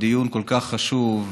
בדיון כל כך חשוב,